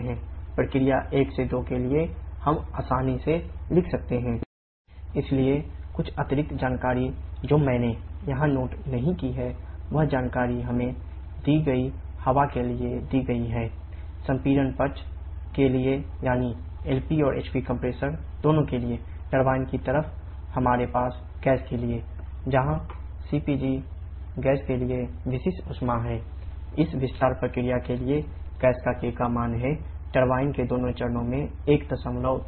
प्रक्रिया 1 2 के लिए हम आसानी से लिख सकते हैं T2sT1P2P1k 1k इसलिए कुछ अतिरिक्त जानकारी जो मैंने यहाँ नोट नहीं की है वह जानकारी हमें दी गई हवा के लिए दी गई है 𝑐𝑝 1005 𝑘𝐽𝑘𝑔𝐾 𝑘 14 संपीड़न पक्ष के लिए यानी LPऔर HP कंप्रेसर की तरफ हमारे पास गैस के लिए 𝑐𝑝𝑔 115 𝑘𝐽𝑘𝑔𝐾 𝑘𝑔 1333 जहाँ cpg गैस के लिए विशिष्ट ऊष्मा है इस विस्तार प्रक्रिया के लिए गैस का k मान है टरबाइन के दोनों चरणों में 1333 है